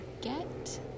Get